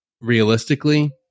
realistically